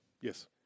yes